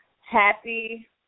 Happy